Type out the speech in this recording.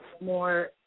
more